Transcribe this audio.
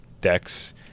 decks